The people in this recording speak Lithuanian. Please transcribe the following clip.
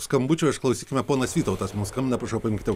skambučio išklausykime ponas vytautas mums skambina prašau paimkite